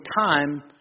time